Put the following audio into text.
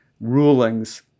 rulings